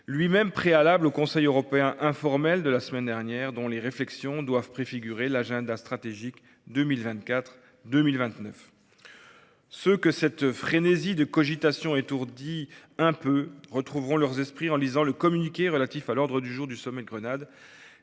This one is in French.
octobre, préalablement au Conseil européen informel de la semaine dernière, dont les réflexions doivent préfigurer l’agenda stratégique pour la période 2024-2029. Ceux que cette frénésie de cogitation étourdit un peu retrouveront leurs esprits en lisant le communiqué relatif à l’ordre du jour du sommet de Grenade